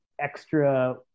extra